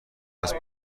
هست